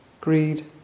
greed